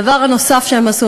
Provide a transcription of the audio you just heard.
דבר נוסף שהם עשו,